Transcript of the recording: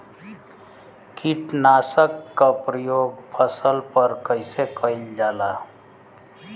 कीटनाशक क प्रयोग फसल पर कइसे करल जाला?